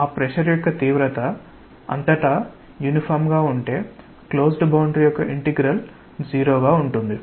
ఆ ప్రెషర్ యొక్క తీవ్రత అంతటా యూనిఫార్మ్ గా ఉంటే క్లోజ్డ్ బౌండరీ యొక్క ఇంటిగ్రల్ జీరో 0 గా ఉంటుంది